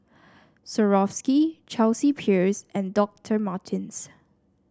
Swarovski Chelsea Peers and Doctor Martens